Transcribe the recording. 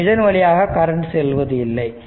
மற்றும் இதன் வழியாக கரண்ட் செல்வதில்லை